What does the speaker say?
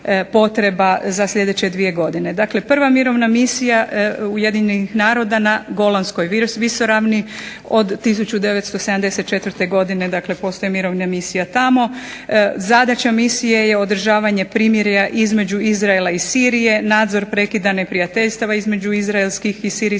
za sljedeće dvije godine. Dakle, prva mirovna misija Ujedinjenih naroda na golanskoj visoravni od 1974. godine postoji mirovna misija tamo. Zadaća misije je održavanje primirja između Izraela i Sirije, nadzor prekida neprijateljstava između Izraelskih i Sirijskih